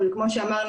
אבל כמו שאמרנו,